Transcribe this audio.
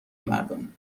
مردم